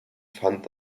fand